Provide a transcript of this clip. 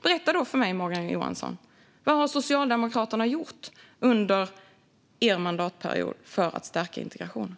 Berätta då för mig, Morgan Johansson: Vad har Socialdemokraterna gjort under mandatperioden för att stärka integrationen?